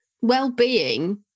well-being